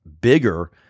bigger